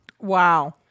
Wow